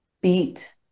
beat